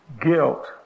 guilt